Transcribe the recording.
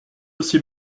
aussi